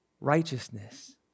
righteousness